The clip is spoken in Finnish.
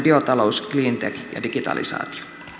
biotalous cleantech ja digitalisaatio